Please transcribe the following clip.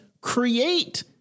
create